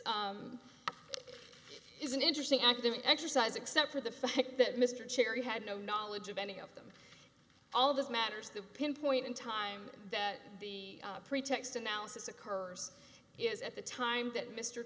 is an interesting academic exercise except for the fact that mr cherry had no knowledge of any of them all this matters the pinpoint in time that the pretext analysis occurs is at the time that mr